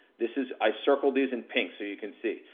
this is, i circled these in pink so you can see.